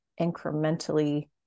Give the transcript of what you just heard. incrementally